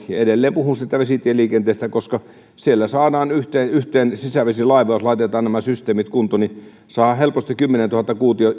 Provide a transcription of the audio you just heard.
ja edelleen puhun siitä vesitieliikenteestä koska yhteen yhteen sisävesilaivaan jos laitetaan nämä systeemit kuntoon saa helposti kymmenentuhatta